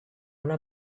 una